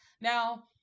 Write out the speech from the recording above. now